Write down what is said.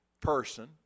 person